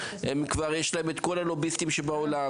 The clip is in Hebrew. יש להם את כל הלוביסטים שבעולם.